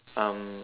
um